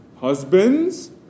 Husbands